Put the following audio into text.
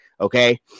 Okay